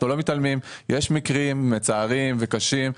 אנחנו לא מתעלמים; יש מקרים מצערים וקשים,